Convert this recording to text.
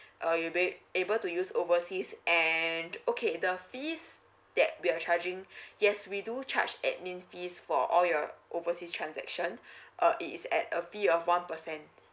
uh you be able to use overseas and okay the fees that we are charging yes we do charge admin fees for all your overseas transaction uh it is at a fee of one percent